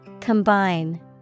Combine